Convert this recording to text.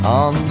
on